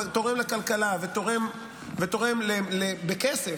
תורם לכלכלה ותורם בכסף,